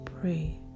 pray